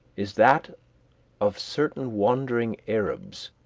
is that of certain wandering arabs,